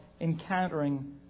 encountering